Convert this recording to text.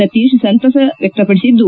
ಸತೀಶ್ ಸಂತಸ ವ್ಹಕಪಡಿಸಿದ್ದು